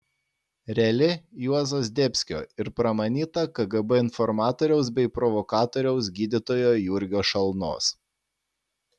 reali juozo zdebskio ir pramanyta kgb informatoriaus bei provokatoriaus gydytojo jurgio šalnos